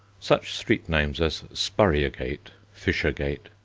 such street names as spurriergate, fishergate,